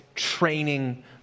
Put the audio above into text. training